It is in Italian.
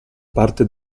parte